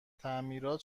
تعمیرات